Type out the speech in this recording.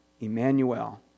Emmanuel